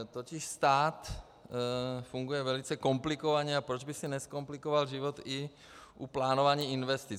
Totiž stát funguje velice komplikovaně a proč by si nezkomplikoval život i u plánování investic.